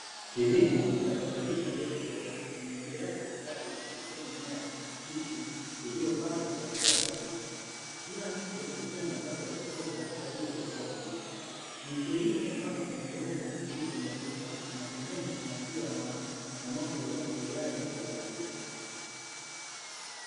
Kilimo cha kuzalisha mbegu bora kinaendelea kwa ustadi kupitia mimea ya kijani kibichi iliyopandwa kwa hatua sahihi kila mche ukiwa na nafasi ya kutosha kwa ajili ya kukua vizuri, miche hii imepandwa kwenye udongo mweusi wenye rutuba na pembeni kuna mpira wa maji unaosaidia umwagiliaji wa uhakika.